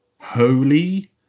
holy